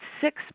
six